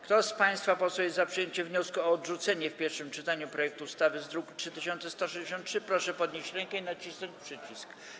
Kto z państwa posłów jest za przyjęciem wniosku o odrzucenie w pierwszym czytaniu projektu ustawy z druku nr 3163, proszę podnieść rękę i nacisnąć przycisk.